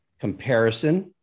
comparison